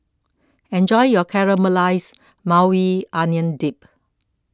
enjoy your Caramelized Maui Onion Dip